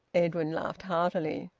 edwin laughed heartily.